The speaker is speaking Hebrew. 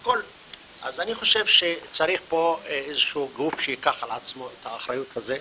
אני חושב שצריך פה גוף שייקח על עצמו את האחריות הזו.